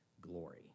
glory